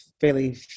fairly